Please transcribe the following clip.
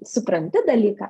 supranti dalyką